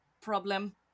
problem